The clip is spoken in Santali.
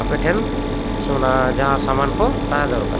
ᱟᱯᱮ ᱴᱷᱮᱱ ᱚᱱᱟ ᱡᱟᱦᱟᱸ ᱥᱟᱢᱟᱱ ᱠᱚ ᱛᱟᱦᱮᱸ ᱫᱚᱨᱠᱟᱨ